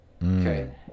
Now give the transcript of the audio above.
Okay